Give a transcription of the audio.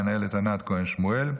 למנהלת ענת כהן שמואל,